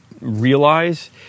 realize